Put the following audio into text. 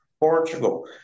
Portugal